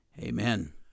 Amen